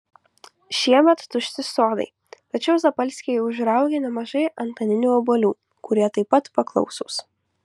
šiemet tušti sodai tačiau zapalskiai užraugė nemažai antaninių obuolių kurie taip pat paklausūs